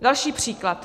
Další příklad.